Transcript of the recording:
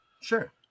Sure